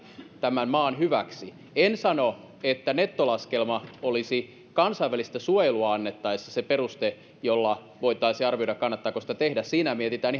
tämän maan hyväksi en sano että nettolaskelma olisi kansainvälistä suojelua annettaessa se peruste jolla voitaisiin arvioida kannattaako sitä tehdä siinä mietitään